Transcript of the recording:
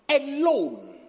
alone